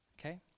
Okay